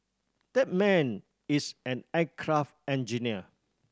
that man is an aircraft engineer